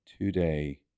today